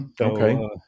Okay